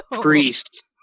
priest